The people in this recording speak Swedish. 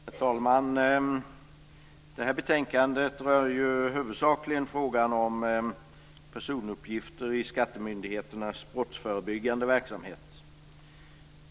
Herr talman! Det här betänkandet rör huvudsakligen frågan om personuppgifter i skattemyndigheternas brottsförebyggande verksamhet.